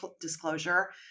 disclosure